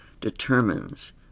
determines